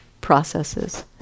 processes